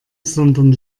sondern